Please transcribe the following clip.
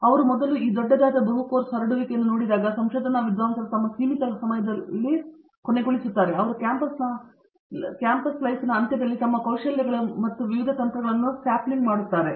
ಅವರು ಮೊದಲು ಈ ದೊಡ್ಡದಾದ ಬಹು ಕೋರ್ಸ್ ಹರಡುವಿಕೆಯನ್ನು ನೋಡಿದಾಗ ಸಂಶೋಧನಾ ವಿದ್ವಾಂಸರು ತಮ್ಮ ಸೀಮಿತ ಸಮಯದಲ್ಲಿ ಕೊನೆಗೊಳ್ಳುತ್ತಾರೆ ಅವರು ಕ್ಯಾಂಪಸ್ ಅಂತ್ಯದಲ್ಲಿ ತಮ್ಮ ಕೌಶಲ್ಯಗಳನ್ನು ಮತ್ತು ವಿವಿಧ ತಂತ್ರಗಳನ್ನು ಸ್ಯಾಂಪ್ಲಿಂಗ್ ಮಾಡುತ್ತಾರೆ